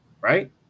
right